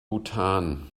bhutan